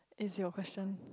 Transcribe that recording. is your question